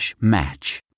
match